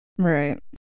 right